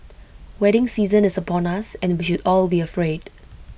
wedding season is upon us and we should all be afraid